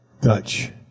Dutch